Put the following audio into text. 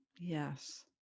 Yes